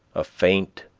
a faint,